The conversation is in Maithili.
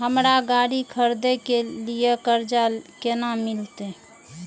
हमरा गाड़ी खरदे के लिए कर्जा केना मिलते?